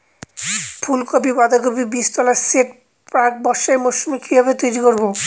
ফুলকপি বাধাকপির বীজতলার সেট প্রাক বর্ষার মৌসুমে কিভাবে তৈরি করব?